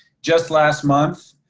just last month,